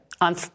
On